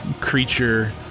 creature